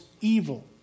evil